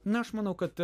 na aš manau kad